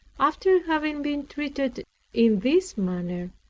after having been treated in this manner,